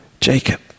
Jacob